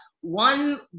one